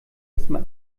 erstmal